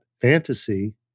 fantasy